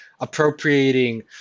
appropriating